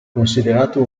considerato